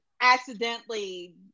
Accidentally